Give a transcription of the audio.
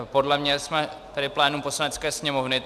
Podle mě jsme tady plénum Poslanecké sněmovny.